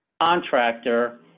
contractor